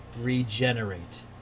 regenerate